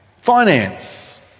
finance